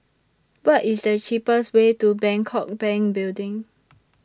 What IS The cheapest Way to Bangkok Bank Building